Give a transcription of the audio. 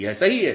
यह सही है